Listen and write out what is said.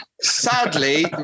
sadly